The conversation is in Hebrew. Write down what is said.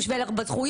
הוא שווה ערך בזכויות,